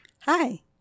Hi